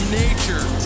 nature